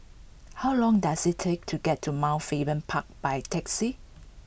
how long does it take to get to Mount Faber Park by taxi